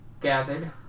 gathered